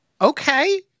Okay